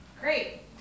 Great